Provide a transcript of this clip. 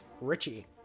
Richie